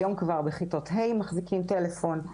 היום כבר בכיתות ה' מחזיקים טלפון,